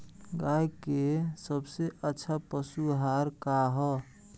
गाय के सबसे अच्छा पशु आहार का ह?